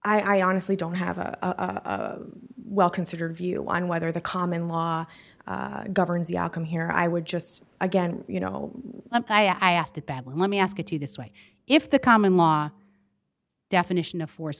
i honestly don't have a well considered view on whether the common law governs the outcome here i would just say again you know i asked it badly let me ask you this way if the common law definition of force